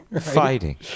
Fighting